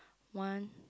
one